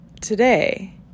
today